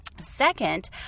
Second